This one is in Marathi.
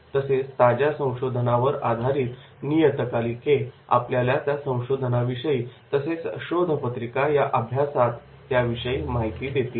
तसेच ताज्या संशोधनावर आधारित नियतकालिके आपल्याला त्या संशोधनाविषयी तसेच शोध पत्रिका या अभ्यासात विषयी माहिती देतात